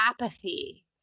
apathy